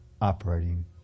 operating